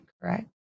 correct